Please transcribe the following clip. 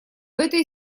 этой